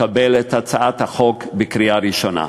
לקבל את הצעת החוק בקריאה ראשונה.